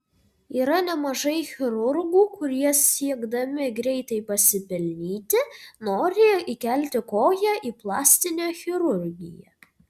yra nemažai chirurgų kurie siekdami greitai pasipelnyti nori įkelti koją į plastinę chirurgiją